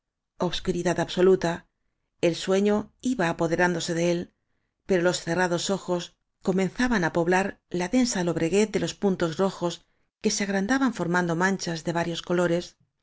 obscuridad absoluta el sueño iba apoderándose de él pero los cerrados ojos comenzaban á poblar la densa lobreguez de v áñ puntos rojos que se agrandaban formando manchas de varios colores